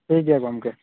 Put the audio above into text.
ᱴᱷᱤᱠ ᱜᱮᱭᱟ ᱜᱚᱢᱠᱮ